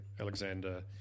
Alexander